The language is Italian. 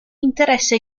interessa